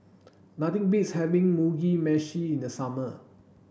nothing beats having Mugi Meshi in the summer